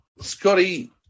Scotty